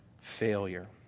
failure